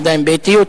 עדיין באטיות,